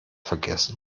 vergessen